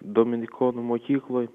dominikonų mokykloje